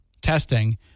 testing